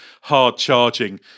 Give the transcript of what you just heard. hard-charging